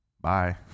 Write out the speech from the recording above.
Bye